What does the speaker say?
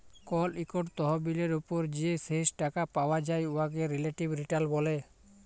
call ইকট তহবিলের উপর যে শেষ টাকা পাউয়া যায় উয়াকে রিলেটিভ রিটার্ল ব্যলে